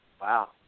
wow